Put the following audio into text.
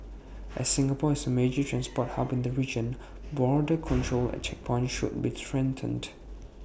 as Singapore is A major transport hub in the region border control at checkpoints should be strengthened